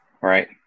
Right